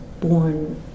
born